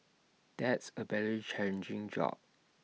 that's A very challenging job